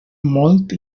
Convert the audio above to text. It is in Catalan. molt